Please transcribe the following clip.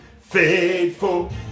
faithful